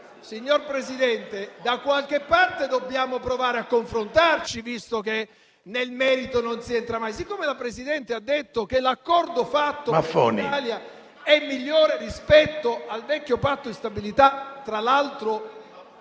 Signor Presidente, da qualche parte dobbiamo provare a confrontarci, visto che nel merito non si entra mai. Siccome la presidente Meloni ha detto che l'accordo fatto in Italia è migliore rispetto al vecchio Patto di stabilità, tra l'altro